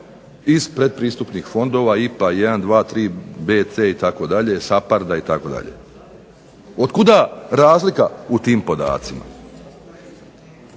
iz pretpristupnih fondova IPA 1, 2, 3, B, C itd., SAPARD-a itd. Otkuda razlika u tim podacima?